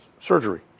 surgery